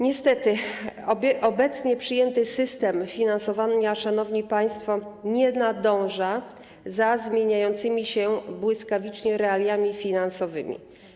Niestety obecnie przyjęty system finansowania, szanowni państwo, nie nadąża za zmieniającymi się błyskawicznie realiami finansowymi.